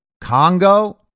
Congo